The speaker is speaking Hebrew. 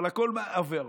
אבל הכול עובר.